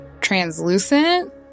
translucent